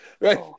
Right